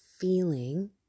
feeling